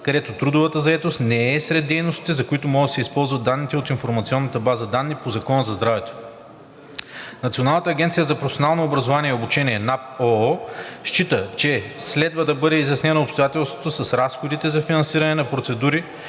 където трудовата заетост не е сред дейностите, за които могат да се използват данните от информационната база данни по Закона за здравето. Националната агенция за професионално образование и обучение счита, че следва да бъде изяснено обстоятелството с разходите за финансиране на процедури